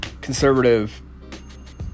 conservative